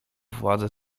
władze